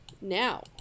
now